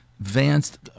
advanced